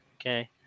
okay